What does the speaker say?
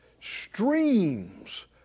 streams